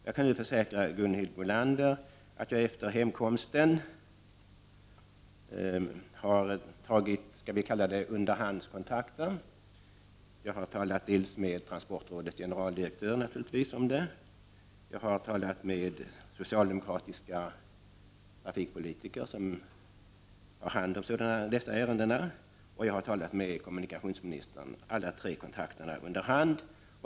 Jag kan nu försäkra Gunhild Bolander att jag efter hemkomsten har tagit skall vi säga underhandskontakter. Jag har talat med transportrådets generaldirektör — naturligtvis. Jag har talat med socialdemokratiska trafikpolitiker som har hand om dessa ärenden. Jag har också talat med kommunikationsministern.